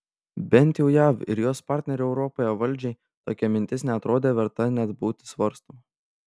bent jau jav ir jos partnerių europoje valdžiai tokia mintis neatrodė verta net būti svarstoma